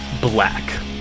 black